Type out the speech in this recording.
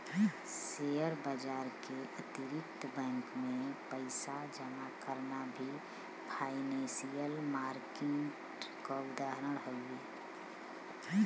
share बाजार के अतिरिक्त बैंक में पइसा जमा करना भी फाइनेंसियल मार्किट क उदाहरण हउवे